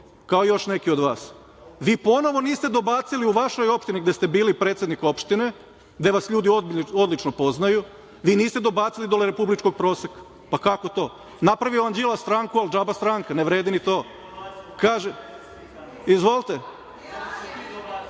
kao još neki od vas. Vi ponovo niste dobacili u vašoj opštini, gde ste bili predsednik opštine, gde vas ljudi odlično poznaju, niste dobacili do republičkog proseka. Kako to? Napravio vam Đilas stranku, ali džaba stranka, ne vredi ni to.(Narodni